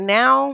now